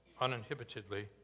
uninhibitedly